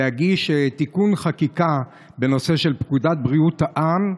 להגיש תיקון חקיקה בנושא פקודת בריאות העם,